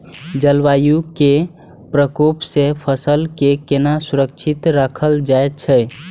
जलवायु के प्रकोप से फसल के केना सुरक्षित राखल जाय छै?